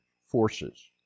forces